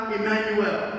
Emmanuel